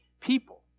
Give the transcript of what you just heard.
people